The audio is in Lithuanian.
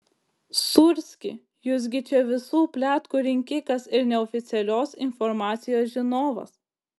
sūrski jūs gi čia visų pletkų rinkikas ir neoficialios informacijos žinovas